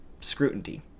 scrutiny